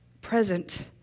present